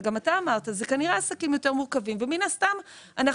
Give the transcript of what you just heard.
גם אתה אמרת שאלה כנראה עסקים יותר מורכבים ומן הסתם אנחנו